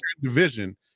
division